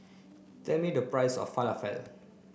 tell me the price of Falafel